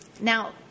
Now